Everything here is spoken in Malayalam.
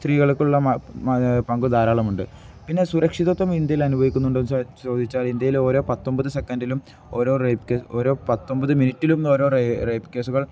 സ്ത്രീകൾക്കുള്ള പങ്ക് ധാരാളമുണ്ട് പിന്നെ സുരക്ഷിതത്വം ഇന്ത്യയിൽ അനുഭവിക്കുന്നുണ്ടന്ന് ചോദിച്ചാൽ ഇന്ത്യയിൽ ഓരോ പത്തൊമ്പത് സെക്കൻഡിലും ഓരോ റേപ്പ് കേസ് ഓരോ പത്തൊമ്പത് മിനിറ്റിലും ഓരോ റേപ്പ് കേസുകൾ